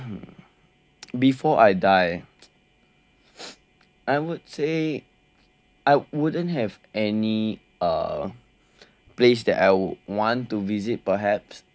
hmm before I die I would say I wouldn't have any uh place that I would want to visit perhaps